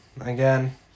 Again